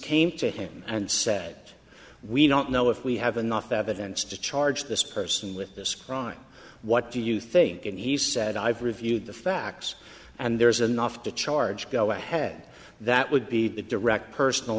came to him and said we don't know if we have enough evidence to charge this person with this crime what do you think and he said i've reviewed the facts and there's enough to charge go ahead that would be the direct personal